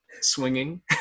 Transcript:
swinging